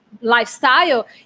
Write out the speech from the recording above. lifestyle